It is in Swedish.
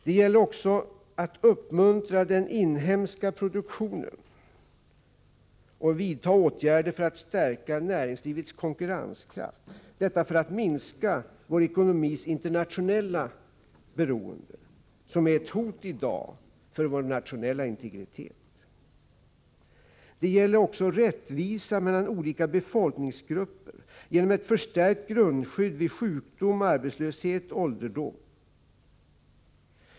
Det gäller att uppmuntra den inhemska produktionen och vidta åtgärder för att stärka näringslivets konkurrenskraft — detta för att minska vår ekonomis internationella beroende, som i dag är ett hot mot vår nationella integritet. Det gäller även att skapa rättvisa mellan olika befolkningsgrupper genom ett förstärkt grundskydd vid sjukdom, arbetslöshet och ålderdom.